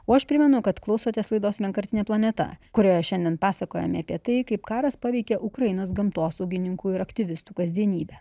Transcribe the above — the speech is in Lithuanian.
o aš primenu kad klausotės laidos vienkartinė planeta kurioje šiandien pasakojame apie tai kaip karas paveikė ukrainos gamtosaugininkų ir aktyvistų kasdienybę